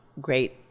great